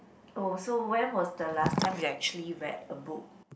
oh so when was the last time you actually read a book